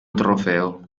trofeo